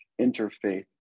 interfaith